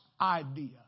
idea